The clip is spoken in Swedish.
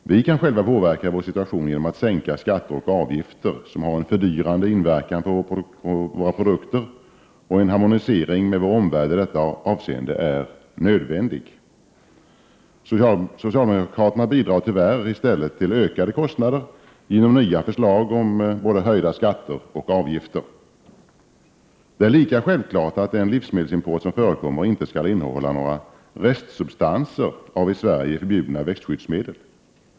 Vi kan själva påverka vår situation genom att sänka skatter och avgifter som har en fördyrande inverkan på våra produkter. En harmonisering med vår omvärld är i detta avseende nödvändig. Tyvärr bidrar socialdemokraterna till ökade kostnader genom nya förslag om höjda skatter och avgifter. Det är lika självklart att den livsmedelsimport som förekommer inte skall innehålla några restsubstanser av i Sverige förbjudna växtskyddsmedel.